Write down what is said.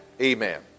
Amen